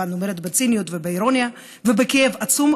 ואני אומרת בציניות ובאירוניה ובכאב עצום,